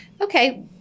Okay